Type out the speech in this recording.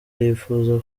yipfuza